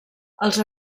els